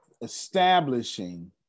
establishing